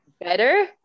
Better